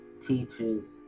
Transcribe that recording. teaches